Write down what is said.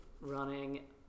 running